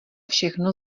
všechno